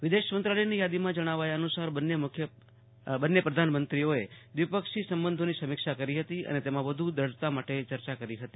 વિદેશ મંત્રાલયની થાદીમાં જણાવ્યા અનુસાર બંને પ્રધાનમંત્રીઓએ દ્વિપક્ષી સંબંધોની સમીક્ષા કરી હતી અને તેમાં વધુ દ્રઢતા માટે ચર્ચા કરી હતી